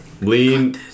lean